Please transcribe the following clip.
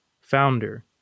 founder